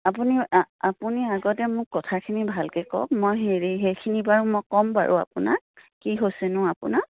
আপুনি আপুনি আগতে মোক কথাখিনি ভালকৈ কওক মই হেৰি সেইখিনি বাৰু মই ক'ম বাৰু আপোনাক কি হৈছেনো আপোনাক